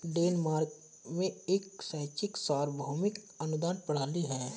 Denmark में एक शैक्षिक सार्वभौमिक अनुदान प्रणाली है